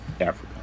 Africa